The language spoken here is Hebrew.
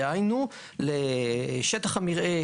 דהיינו: לשטח המרעה,